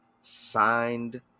signed